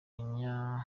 abanyaburera